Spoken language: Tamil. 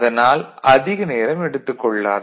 அதனால் அதிக நேரம் எடுத்துக் கொள்ளாது